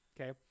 Okay